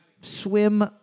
swim